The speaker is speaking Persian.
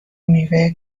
میوه